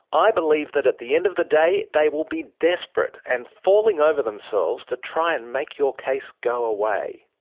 i believe that at the end of the day they will be desperate and falling over themselves to try and make your case go away.